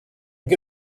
què